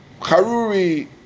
haruri